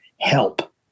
help